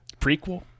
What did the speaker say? Prequel